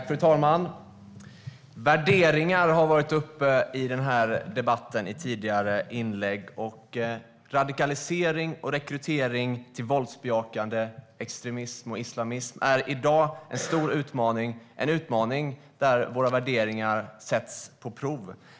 Fru talman! Värderingar har varit uppe i den här debatten i tidigare inlägg. Radikalisering och rekrytering till våldsbejakande extremism och islamism är i dag en stor utmaning, en utmaning där våra värderingar sätts på prov.